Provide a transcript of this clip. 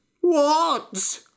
What